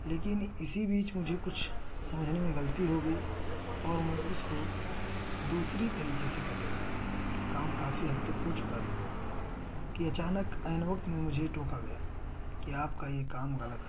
لیکن اسی بیچ مجھے کچھ سمجھنے میں غلطی ہو گئی اور میں اس کو دوسری طریقے سے کرنے لگا کام کافی حد تک ہو چکا تھا کہ اچانک عین وقت میں مجھے ٹوکا گیا کہ آپ کا یہ کام غلط ہے